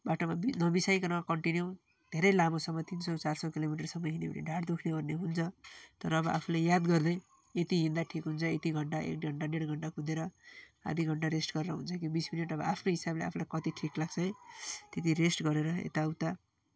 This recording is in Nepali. बाटोमा बि नबिसाइकन कन्टिनिउ धेरै लामोसम्म तिन सौ चार सौ किलोमिटरसम्म हिँड्यो भने ढाड दुख्ने ओर्ने हुन्छ तर अब आफूले याद गर्ने यति हिँड्दा ठिक हुन्छ यति घन्टा एक घन्टा ढेड घन्टा कुदेर आधा घन्टा रेस्ट गरेर हुन्छ कि बिस मिनट अब आफ्नै हिसाबले आफूलाई कति ठिक लाग्छ है त्यति रेस्ट गरेर यताउता